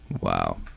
Wow